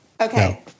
Okay